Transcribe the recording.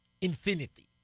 infinity